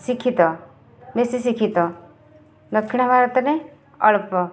ଶିକ୍ଷିତ ବେଶି ଶିକ୍ଷିତ ଦକ୍ଷିଣ ଭାରତରେ ଅଳ୍ପ